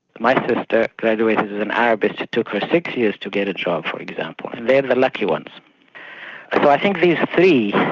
my sister graduated as an ah arabist, it took her six years to get a job for example. and they're the lucky ones. so but i think these three,